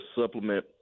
supplement